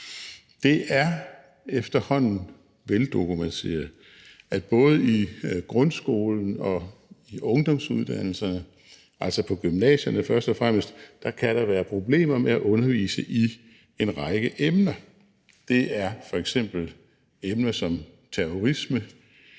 Det er efterhånden veldokumenteret, at der både i grundskolen og på ungdomsuddannelserne, altså først og fremmest på gymnasierne, kan være problemer med at undervise i en række emner. Det er f.eks. emner som terrorisme,